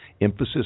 emphasis